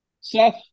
Seth